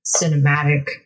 cinematic